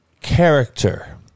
character